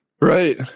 right